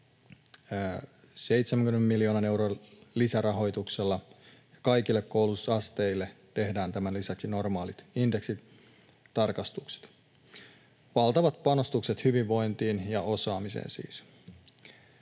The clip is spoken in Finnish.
70 miljoonan euron lisärahoituksella. Kaikille koulutusasteille tehdään tämän lisäksi normaalit indeksitarkastukset. Valtavat panostukset hyvinvointiin ja osaamiseen siis.